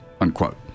unquote